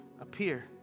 appear